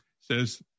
says